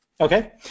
Okay